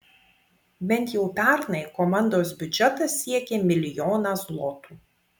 bent jau pernai komandos biudžetas siekė milijoną zlotų